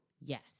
Yes